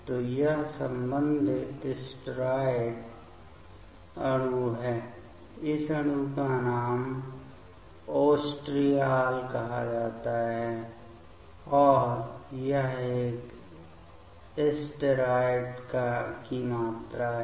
तो यह संबंधित स्टेरॉयड अणु है इस अणु का नाम ओस्ट्रिऑल कहा जाता है और यह एक स्टेरॉयड की मात्रा है